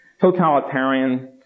totalitarian